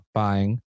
buying